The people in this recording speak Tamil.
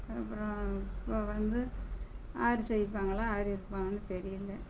அப்பறம் இப்போ வந்து யார் ஜெயிப்பாங்களோ யார் இருப்பாங்கனு தெரியல